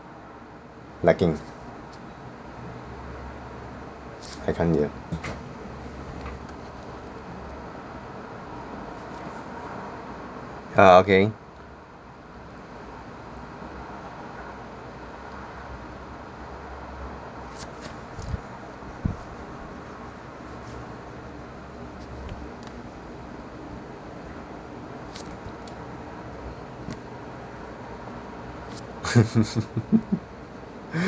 lacking I can't hear uh okay